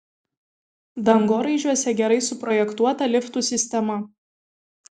dangoraižiuose gerai suprojektuota liftų sistema